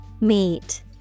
Meet